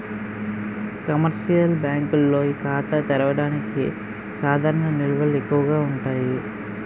commercial బ్యాంకుల్లో ఖాతా తెరవడానికి సాధారణ నిల్వలు ఎక్కువగా ఉండాలి